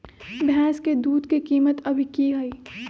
भैंस के दूध के कीमत अभी की हई?